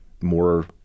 more